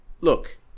look